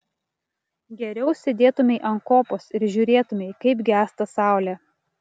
geriau sėdėtumei ant kopos ir žiūrėtumei kaip gęsta saulė